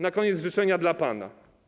Na koniec życzenia dla pana.